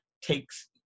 takes